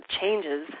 changes